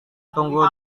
tunggu